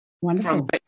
Wonderful